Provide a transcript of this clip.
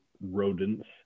rodents